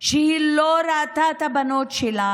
שהיא לא ראתה את הבנות שלה.